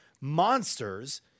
monsters